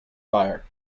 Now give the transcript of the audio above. fire